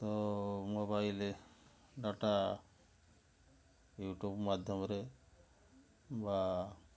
ତ mobile data YouTube ମାଧ୍ୟମରେ ବା